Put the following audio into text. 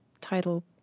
title